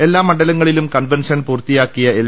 എല്ലാ മണ്ഡലങ്ങളിലും കൺവെൻഷൻ പൂർത്തിയാക്കിയ എൽ